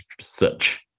search